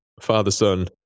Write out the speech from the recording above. father-son